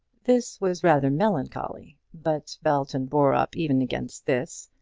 this was rather melancholy but belton bore up even against this,